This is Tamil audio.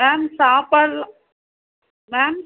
மேம் சாப்பாடெல்லாம் மேம்